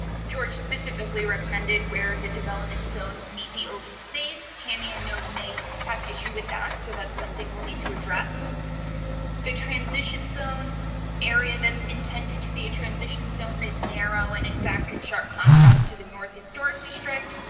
george specifically recommended where the development zones meet the open space, tammy. i know you may have issue with that. so, that's something we'll need to address the transition zone area that's intended to be a transition zone is narrow and, in fact, and sharp contrast to the north historic district,